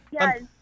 Yes